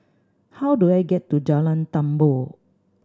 how do I get to Jalan Tambur